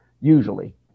usually